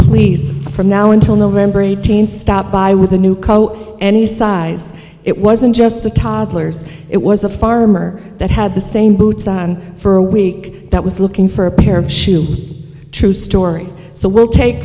please from now until november eighteenth stop by with a new coat any size it wasn't just the toddlers it was a farmer that had the same boots for a week that was looking for a pair of shoes true story so we'll take